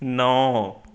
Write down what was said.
ਨੌ